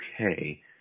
okay